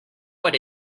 what